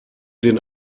den